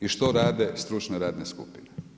i što rade stručne radne skupine.